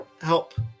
Help